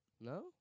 No